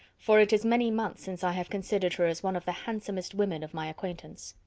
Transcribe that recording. for it is many months since i have considered her as one of the handsomest women of my acquaintance.